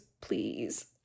Please